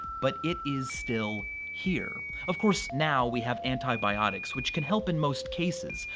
but it is still here. of course, now we have antibiotics, which can help in most cases,